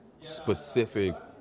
specific